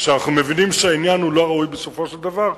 שאנחנו מבינים שהעניין הוא לא ראוי בסופו של דבר,